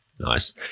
nice